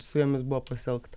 su jumis buvo pasielgta